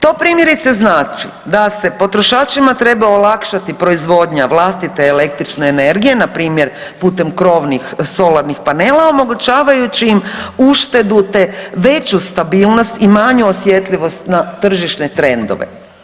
To primjerice znači da se potrošačima treba olakšati proizvodnja vlastite električne energije npr. Putem krovnih solarnih panela omogućavajući im uštedu te veću stabilnost i manju osjetljivost na tržišne trendove.